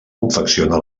confecciona